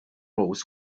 rules